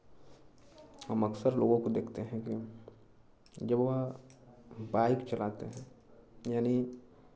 हम अक्सर लोगों को देखते हैं कि जब वह बाइक चलाते हैं यानि